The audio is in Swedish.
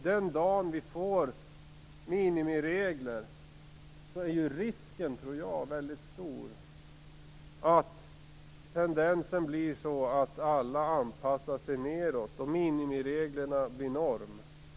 Den dagen vi får minimiregler tror jag att risken är mycket stor för att tendensen blir att alla anpassar sig nedåt. Minimireglerna blir norm.